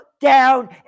down